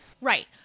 Right